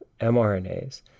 mRNAs